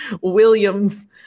Williams